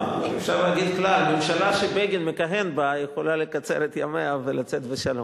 אפשר להגיד כלל: ממשלה שבגין מכהן בה יכולה לקצר את ימיה ולצאת בשלום.